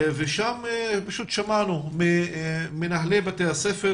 שם שמענו ממנהלי בתי הספר,